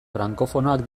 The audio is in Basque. frankofonoak